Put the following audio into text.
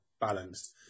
balanced